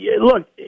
look